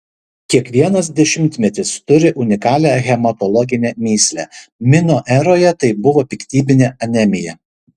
kiekvienas dešimtmetis turi unikalią hematologinę mįslę mino eroje tai buvo piktybinė anemija